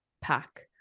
pack